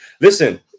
Listen